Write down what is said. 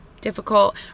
difficult